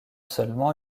seulement